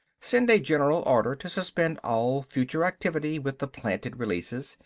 send a general order to suspend all future activity with the planted releases.